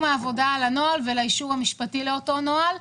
העבודה על הנוהל ולאישור המשפטי לאותו נוהל.